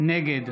נגד